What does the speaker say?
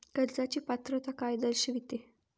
कर्जाची पात्रता काय दर्शविते?